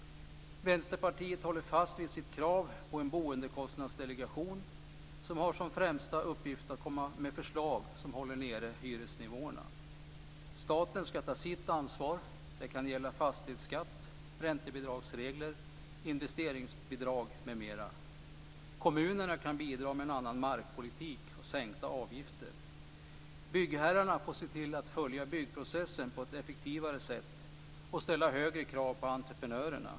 Vänsterpartiet håller fast vid sitt krav på en boendekostnadsdelegation som har som främsta uppgift att komma med förslag som håller nere hyresnivåerna. Staten ska ta sitt ansvar. Det kan gälla fastighetsskatt, räntebidragsregler, investeringsbidrag m.m. Kommunerna kan bidra med en annan markpolitik och sänkta avgifter. Byggherrarna får se till att följa byggprocessen på ett effektivare sätt och ställa högre krav på entreprenörerna.